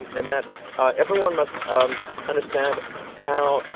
and that everyone must um understand how,